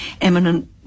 eminent